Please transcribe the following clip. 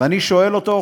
ואני שואל אותו,